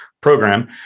Program